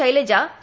Shailaja A